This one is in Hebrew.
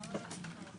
למה לא?